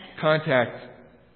contact